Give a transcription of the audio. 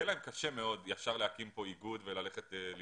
יהיה להם קשה מאוד ישר להקים איגוד מקצועי וללכת להילחם.